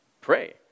Pray